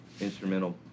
instrumental